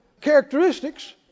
characteristics